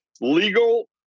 legal